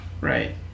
Right